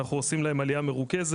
אנחנו עושים להם עלייה מרוכזת,